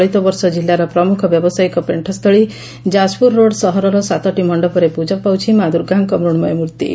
ଚଳିତ ବର୍ଷ କିଲ୍ଲାର ପ୍ରମୁଖ ବ୍ୟବସାୟୀକ ପେଣୁସ୍ଥଳୀ ଯାଜପୁର ରୋଡ ସହରର ସାତଟି ମଣ୍ଡପରେ ପୂଜା ପାଉଛି ମା ଦୁର୍ଗାଙ୍କ ମୃଣ୍ମଯ ମୂର୍ତି